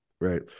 right